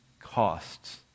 costs